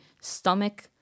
stomach